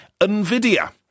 NVIDIA